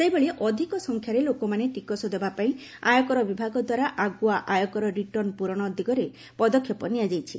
ସେହିଭଳି ଅଧିକ ସଂଖ୍ୟାରେ ଲୋକମାନେ ଟିକସ ଦେବା ପାଇଁ ଆୟକର ବିଭାଗ ଦ୍ୱାରା ଆଗୁଆ ଆୟକର ରିଟର୍ଣ୍ଣ ପୂରଣ ଦିଗରେ ପଦକ୍ଷେପ ନିଆଯାଇଛି